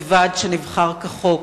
בוועד שנבחר כחוק.